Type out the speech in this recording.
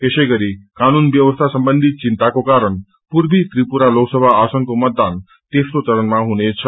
यसैगरी कानुन व्यवस्था सम्बन्धी चिन्ताको कारण पूर्वी त्रिपु लोकसमा आसनको मतदान तेप्रो चरणमा हुनेछ